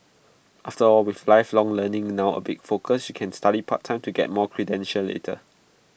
after all with lifelong learning now A big focus you can study part time to get more credentials later